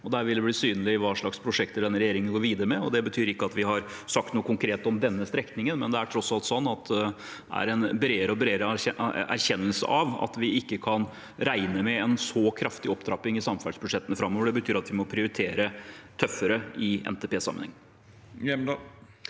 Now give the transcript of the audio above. der vil det bli synlig hva slags prosjekter denne regjeringen går videre med. Det betyr ikke at vi har sagt noe konkret om denne strekningen, men det er tross alt slik at det er en bredere og bredere erkjennelse av at vi ikke kan regne med en så kraftig opptrapping i samferdselsbudsjettene framover. Det betyr at vi må prioritere tøffere i NTP-sammenheng.